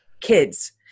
kids